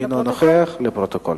אינו נוכח, לפרוטוקול.